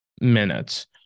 minutes